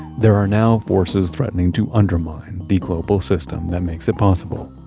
there are now forces threatening to undermine the global system that makes it possible.